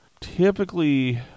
Typically